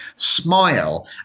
Smile